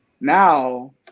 Now